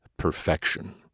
perfection